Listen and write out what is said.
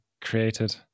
created